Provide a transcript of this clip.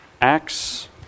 Acts